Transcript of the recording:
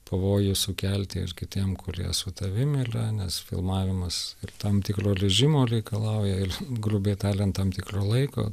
pavojų sukelti ir kitiem kurie su tavim yra nes filmavimas ir tam tikro režimo reikalauja ir grubiai tariant tam tikro laiko